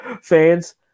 fans